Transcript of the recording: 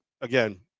again